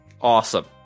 Awesome